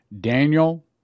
Daniel